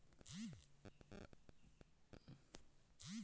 अइसन अलहन बेरा म कोनो मनखे के जान भी जा सकत हे